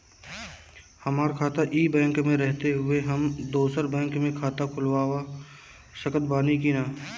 हमार खाता ई बैंक मे रहते हुये हम दोसर बैंक मे खाता खुलवा सकत बानी की ना?